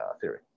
theory